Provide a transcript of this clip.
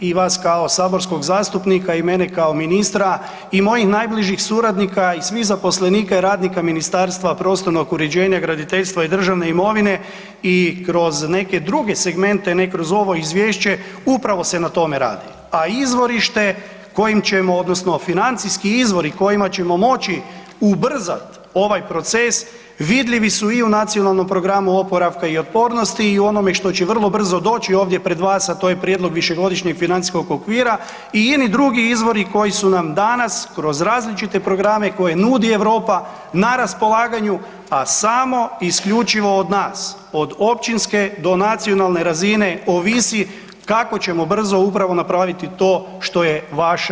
I vas kao saborskog zastupnika i mene kao ministra, i mojih najbližih suradnika i svih zaposlenika i radnika Ministarstva prostornog uređenja, graditeljstva i državne imovine i kroz neke druge segmente, ne kroz ovo izvješće, upravo se na tome radi a izvorište kojim ćemo odnosno financijski izvori kojima ćemo moći ubrzati ovaj proces, vidljivi su i u Nacionalnom programu oporavka i otpornosti i u onome što će vrlo brzo doći ovdje pred vas a to je prijedlog VFO-a i ini drugi izvori koji su nam danas kroz različite programe koje nudi Europa, na raspolaganju a samo i isključivo od nas od općinske do nacionalne razine ovisi kako ćemo brzo upravo napraviti to što je vaša i moja želja.